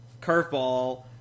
curveball